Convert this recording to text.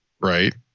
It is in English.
right